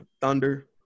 Thunder